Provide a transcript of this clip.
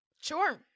Sure